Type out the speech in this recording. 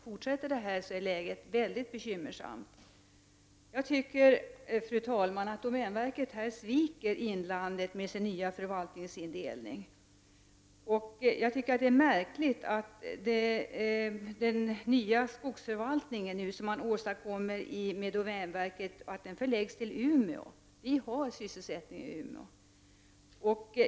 Fortsätter denna utveckling är läget mycket bekymmersamt. Jag tycker, fru talman, att domänverket här sviker inlandet med sin nya förvaltningsindelning. Det är märkligt att den nya skogsförvaltningen, som domänverket nu åstadkommer, förläggs till Umeå. Det finns sysselsättning redan i Umeå.